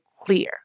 clear